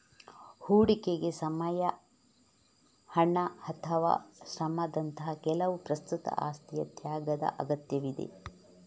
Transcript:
ಹೂಡಿಕೆಗೆ ಸಮಯ, ಹಣ ಅಥವಾ ಶ್ರಮದಂತಹ ಕೆಲವು ಪ್ರಸ್ತುತ ಆಸ್ತಿಯ ತ್ಯಾಗದ ಅಗತ್ಯವಿದೆ